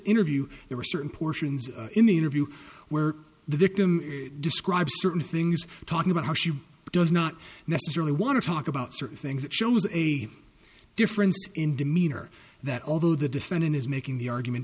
interview there are certain portions in the interview where the victim describes certain things talking about how she does not necessarily want to talk about certain things it shows a difference in demeanor that although the defendant is making the argument